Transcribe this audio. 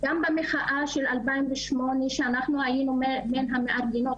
גם במחאה של 2008 שאנחנו היינו בין המארגנות,